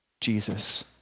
Jesus